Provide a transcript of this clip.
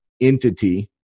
entity